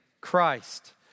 Christ